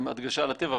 עם הדגשה על הטבע,